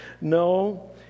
No